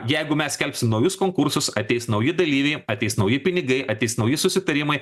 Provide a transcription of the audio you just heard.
jeigu mes skelbs naujus konkursus ateis nauji dalyviai ateis nauji pinigai ateis nauji susitarimai